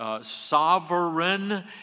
Sovereign